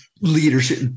leadership